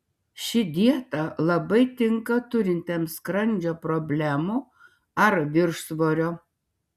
ši dieta labai tinka turintiems skrandžio problemų ar viršsvorio